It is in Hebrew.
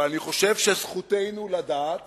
אבל אני חושב שזכותנו לדעת